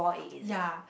yea